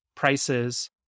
prices